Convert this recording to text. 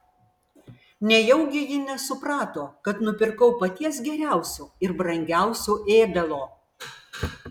nejaugi ji nesuprato kad nupirkau paties geriausio ir brangiausio ėdalo